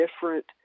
different